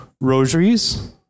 rosaries